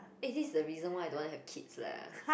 eh this the reason why I don't want have kids leh